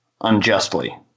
unjustly